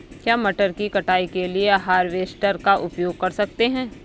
क्या मटर की कटाई के लिए हार्वेस्टर का उपयोग कर सकते हैं?